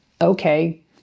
okay